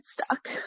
stuck